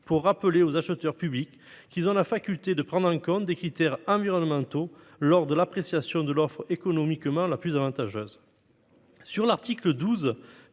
de rappeler aux acheteurs publics qu'ils ont la faculté de prendre en compte des critères environnementaux lors de l'appréciation de l'offre économiquement la plus avantageuse. S'agissant de l'article 12,